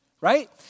Right